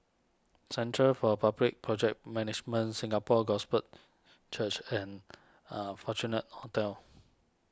Centre for Public Project Management Singapore Gospel Church and a Fortuna Hotel